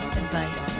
advice